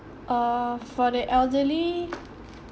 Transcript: uh for the elderly